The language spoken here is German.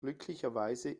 glücklicherweise